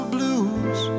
Blues